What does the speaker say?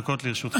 לרשותך.